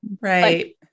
Right